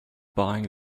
buying